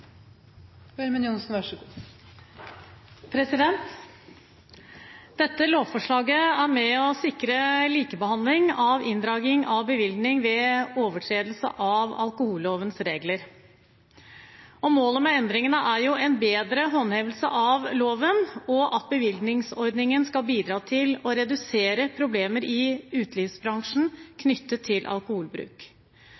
Dette lovforslaget er med på å sikre likebehandling av inndragning av bevilling ved overtredelse av alkohollovens regler. Målet med endringene er en bedre håndhevelse av loven, og at bevillingsordningen skal bidra til å redusere problemer i utelivsbransjen knyttet til alkoholbruk.